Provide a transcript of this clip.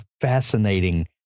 fascinating